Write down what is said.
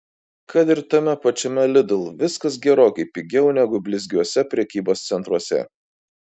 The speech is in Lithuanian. kad ir tame pačiame lidl viskas gerokai pigiau negu blizgiuose prekybos centruose